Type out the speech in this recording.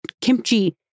kimchi